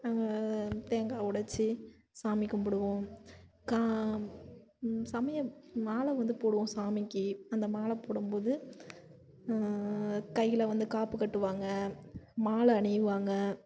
தேங்காய் உடச்சி சாமி கும்பிடுவோம் கா சமயம் மாலை வந்து போடுவோம் சாமிக்கு அந்த மாலை போடும்போது கையில் வந்து காப்பு கட்டுவாங்க மாலை அணிவாங்க